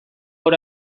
hor